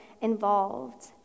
involved